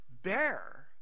bear